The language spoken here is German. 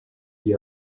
die